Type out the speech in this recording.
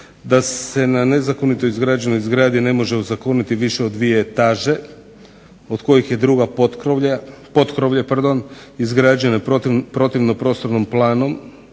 da se na nezakonito izgrađenoj zgradi ne može ozakoniti više od dvije etaže od kojih je druga potkrovlje izgrađeno protivno prostornom planu,